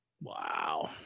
wow